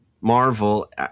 Marvel